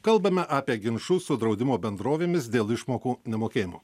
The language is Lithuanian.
kalbame apie ginčus su draudimo bendrovėmis dėl išmokų nemokėjimo